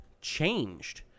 changed